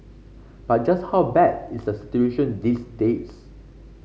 but just how bad is the situation these days